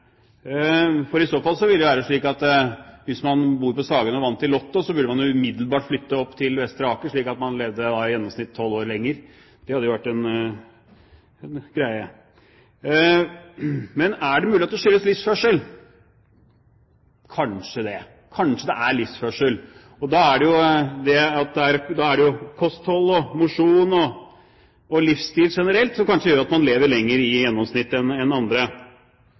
I så fall ville det være slik at hvis man bodde på Sagene og vant i Lotto, burde man umiddelbart flyttet til Vestre Aker, slik at man kunne leve i gjennomsnitt 12 år lenger. Det hadde vært en greie. Er det mulig at det skyldes livsførsel? Kanskje det – kanskje det er livsførsel. Da er det jo kosthold, mosjon og livsstil generelt som kanskje gjør at man lever lenger i gjennomsnitt enn andre